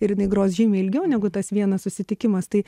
ir jinai gros žymiai ilgiau negu tas vienas susitikimas tai